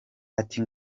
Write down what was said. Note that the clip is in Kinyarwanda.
ati